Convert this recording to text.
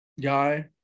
guy